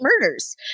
murders